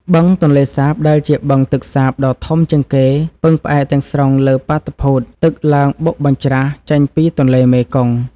បឹងទន្លេសាបដែលជាបឹងទឹកសាបដ៏ធំជាងគេពឹងផ្អែកទាំងស្រុងលើបាតុភូតទឹកឡើងបុកបញ្ច្រាសចេញពីទន្លេមេគង្គ។